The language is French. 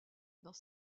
dans